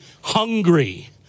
hungry